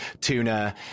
Tuna